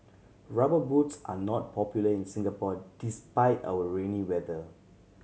Rubber Boots are not popular in Singapore despite our rainy weather